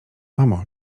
mamo